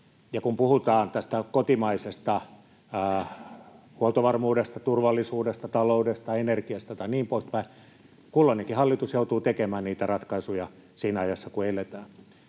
kun puhutaan kotimaisesta huoltovarmuudesta, turvallisuudesta, taloudesta, energiasta ja niin poispäin, kulloinenkin hallitus joutuu tekemään niitä ratkaisuja siinä ajassa, jossa eletään.